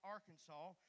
Arkansas